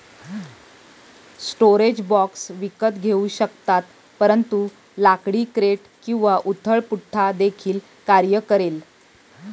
storage box विकत घेऊ शकतात परंतु लाकडी क्रेट किंवा उथळ पुठ्ठा देखील कार्य करेल